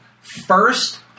first